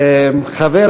חבר